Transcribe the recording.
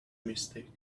mistake